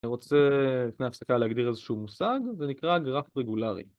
אני רוצה לפני ההפסקה להגדיר איזשהו מושג, זה נקרא גרף רגולרי.